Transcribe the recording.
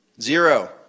Zero